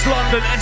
London